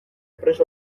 prest